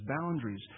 boundaries